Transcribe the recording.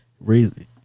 Raise